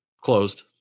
Closed